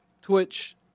Twitch